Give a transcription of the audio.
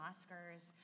Oscars